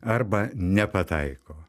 arba nepataiko